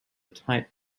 tight